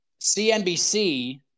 CNBC